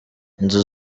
inzu